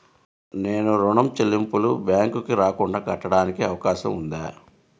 నేను ఋణం చెల్లింపులు బ్యాంకుకి రాకుండా కట్టడానికి అవకాశం ఉందా?